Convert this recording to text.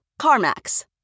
CarMax